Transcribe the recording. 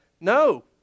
No